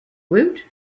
woot